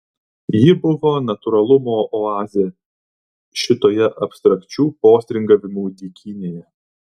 ji buvo natūralumo oazė šitoje abstrakčių postringavimų dykynėje